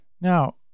Now